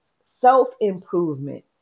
self-improvement